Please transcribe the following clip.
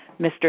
Mr